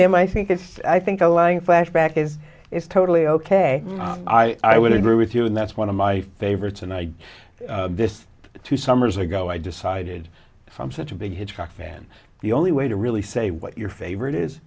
him i think it's i think a lying flashback is is totally ok i would agree with you and that's one of my favorites and i do this two summers ago i decided i'm such a big hitchcock fan the only way to really say what your favorite is